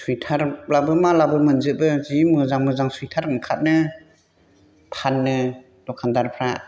सुइटारब्लाबो मालाबो मोनजोबो जि मोजां मोजां सुइटार ओंखाथनो फानो दखानदारफ्रा